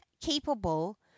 capable